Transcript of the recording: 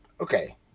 okay